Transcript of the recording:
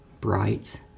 Bright